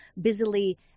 busily